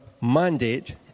mandate